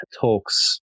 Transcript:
talks